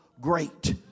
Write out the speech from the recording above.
great